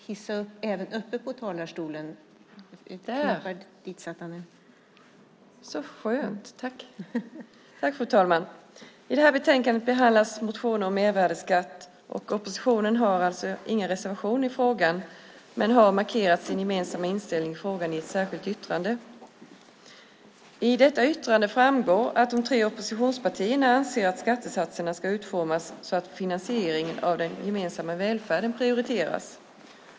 Fru talman! I detta betänkande behandlas motioner om mervärdesskatter. Oppositionen har ingen reservation i frågan men har markerat sin gemensamma inställning i ett särskilt yttrande. I detta yttrande framgår det att de tre oppositionspartierna anser att skattesatserna ska utformas så att finansieringen av den gemensamma välfärden prioriteras.